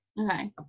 okay